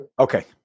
okay